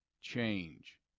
change